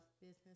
business